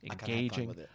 engaging